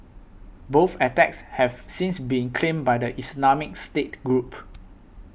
both attacks have since been claimed by the Islamic State group